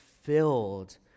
filled